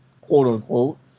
quote-unquote